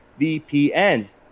VPNs